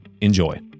Enjoy